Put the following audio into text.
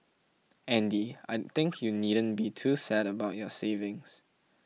Andy I think you needn't be too sad about your savings